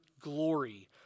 glory